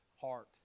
heart